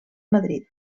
madrid